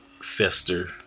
Fester